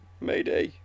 Mayday